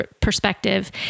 perspective